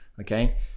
Okay